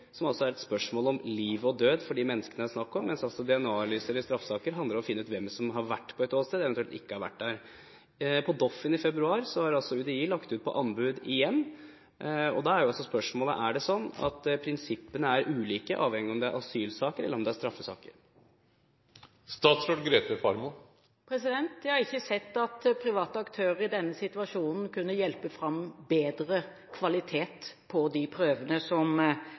handler om å finne ut hvem som har vært på et åsted, eventuelt hvem som ikke har vært der. UDI la igjen ut et anbud på Doffin i februar. Da er spørsmålet: Er prinsippene ulike, avhengig av om det er asylsaker, eller om det er straffesaker? Jeg har ikke sett at private aktører i denne situasjonen kunne hjelpe fram bedre kvalitet på de prøvene som